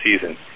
season